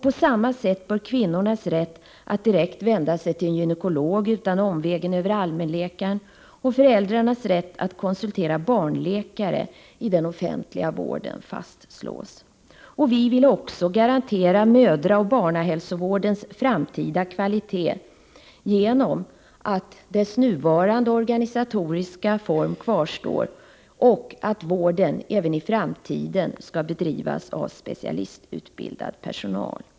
På samma sätt bör kvinnors rätt att direkt vända sig till en gynekolog utan omvägen över allmänläkaren och föräldrars rätt att konsultera barnläkare i den offentliga vården fastslås. Vpk vill också garantera mödraoch barnhälsovårdens framtida kvalitet genom att dess nuvarande organisatoriska form kvarstår och vården bedrivs av specialistutbildad personal.